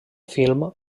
film